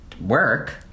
work